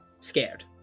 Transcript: scared